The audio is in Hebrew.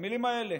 במילים האלה,